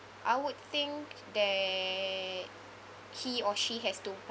I would think that he or she has to